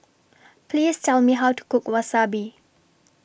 Please Tell Me How to Cook Wasabi